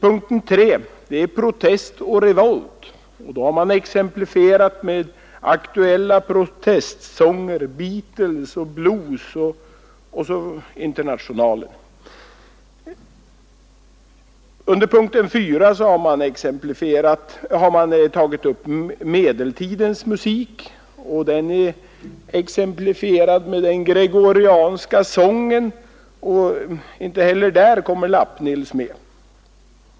Punkten 3 gäller Protest och revolt. Det har man exemplifierat med aktuella protestsånger, Beatles, blues och Internationalen. Under punkten 4 har man tagit upp Medeltidens musik, och den är exemplifierad med den Gregorianska sången. Inte heller där kommer Lappnils med.